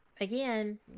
again